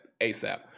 ASAP